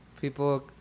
people